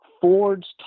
Ford's